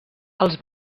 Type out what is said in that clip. els